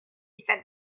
said